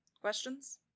Questions